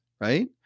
right